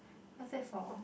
what's that for